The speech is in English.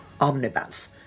omnibus